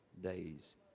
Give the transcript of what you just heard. days